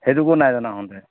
সেইটোকো নাই জনা তহতে